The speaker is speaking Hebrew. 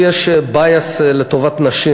לי יש bias לטובת נשים,